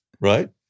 right